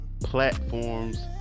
platforms